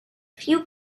few